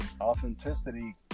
Authenticity